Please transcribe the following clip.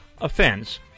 offense